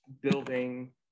building